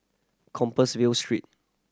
Compassvale Street